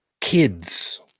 kids